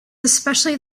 especially